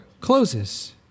closes